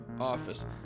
office